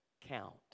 count